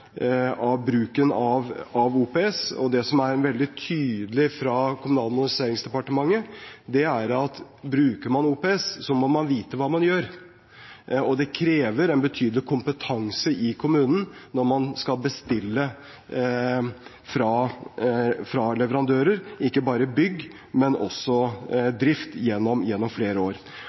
av bruken av OPS, og det som er veldig tydelig fra Kommunal- og moderniseringsdepartementet, er at bruker man OPS, må man vite hva man gjør. Det krever en betydelig kompetanse i kommunen når man skal bestille fra leverandører ikke bare bygg, men også drift gjennom flere år.